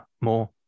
more